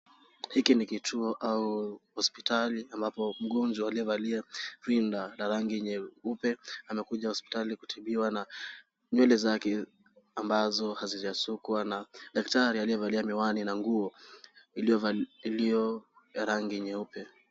Hiki ni kituo au hospitali ambapo mgonjwa aliyevalia rinda la rangi nyeupe amekuja hospitali kutibiwa na nywele zake ambazo hazijasukwa na daktari aliyevalia miwani na nguo iliyo ya rangi nyeupe.